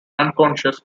unconscious